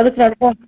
ಅದಕ್ಕೆ ನಡ್ಕೊಂಡು